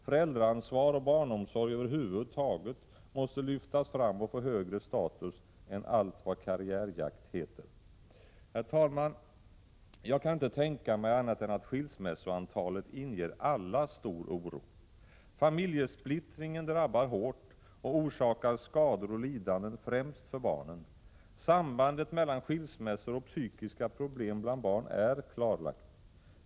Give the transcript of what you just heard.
Föräldraansvar och barnomsorg över huvud taget måste lyftas fram och få högre status än allt vad karriärjakt heter. Herr talman! Jag kan inte tänka mig annat än att skilsmässoantalet inger alla stor oro. Familjesplittringen drabbar hårt och orsakar skador och lidanden främst för barnen. Sambandet mellan skilsmässor och psykiska problem bland barn är klarlagt.